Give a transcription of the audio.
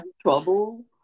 trouble